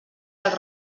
dels